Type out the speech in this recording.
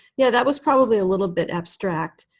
yeah, that was probably a little bit abstract,